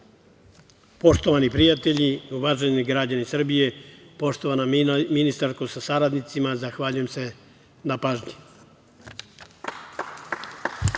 za. Poštovani prijatelji, uvaženi građani Srbije, poštovana ministarko sa saradnicima, zahvaljujem se na pažnji.